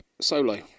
Solo